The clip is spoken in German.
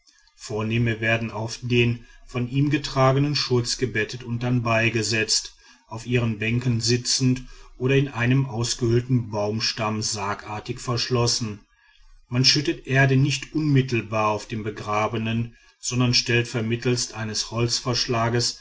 vornehme werden auf dem von ihnen getragenen schurz gebettet und dann beigesetzt auf ihren bänken sitzend oder in einem ausgehöhlten baumstamm sargartig verschlossen man schüttet erde nicht unmittelbar auf den begrabenen sondern stellt vermittels eines